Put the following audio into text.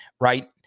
right